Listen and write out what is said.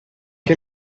che